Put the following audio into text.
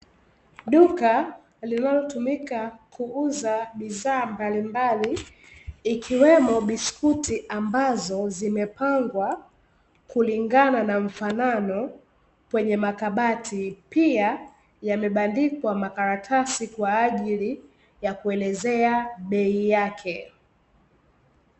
Duka linalo tumika kuuza bidhaa mbalimbali, ikiwemo biskuti ambazo zimepangwa kulingana na mfanano, kwenye makabati pia yamebandiwa makaratasi kwajili ya kuelezea bei yake.